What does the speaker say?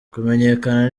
kumenyekana